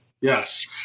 Yes